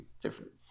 different